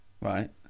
Right